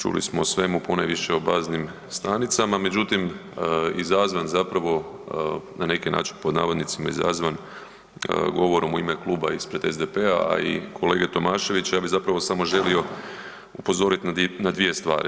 Čuli smo o svemu ponajviše o baznim stanicama, međutim izazvan zapravo na neki način pod navodnicima izazvan govorom u ime kluba ispred SDP-a, a i kolege Tomaševića ja bi zapravo samo želio upozorit na dvije svari.